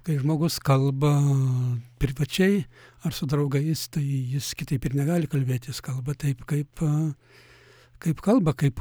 kai žmogus kalba privačiai ar su draugais tai jis kitaip ir negali kalbėtis kalba taip kaip kaip kalba kaip